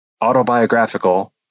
autobiographical